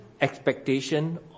Expectation